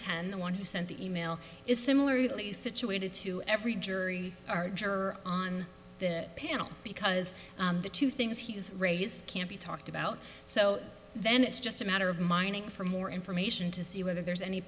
ten the one who sent the e mail is similarly situated to every jury our juror on the panel because the two things he has raised can't be talked about so then it's just a matter of mining for more information to see whether there's any